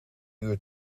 uur